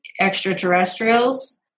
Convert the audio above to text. extraterrestrials